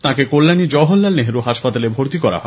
তাঁকে কল্যাণীর জওহরলাল নেহেরু হাসপাতালে ভর্তি করা হয়